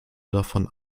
davon